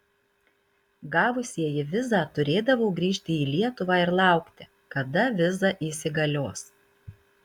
gavusieji vizą turėdavo grįžti į lietuvą ir laukti kada viza įsigalios